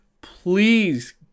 please